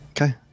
okay